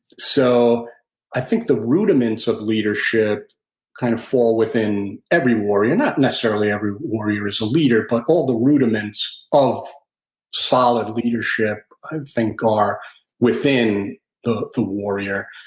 so i think the rudiments of leadership kind of fall within every warrior. not necessarily every warrior is a leader, but all the rudiments of solid leadership, i think, are within the the warrior,